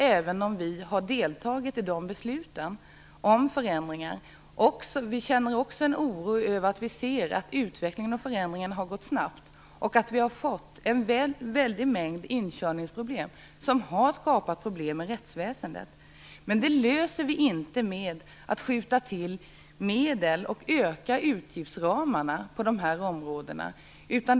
Även om vi har deltagit i besluten om förändringar känner vi i Vänsterpartiet en oro över att utvecklingen och förändringarna har gått snabbt och att vi har fått en väldig mängd inkörningsproblem, som har skapat problem i rättsväsendet. Men det löser vi inte med att skjuta till medel och öka utgiftsramarna på dessa områden.